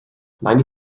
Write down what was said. ninety